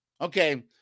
Okay